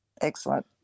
Excellent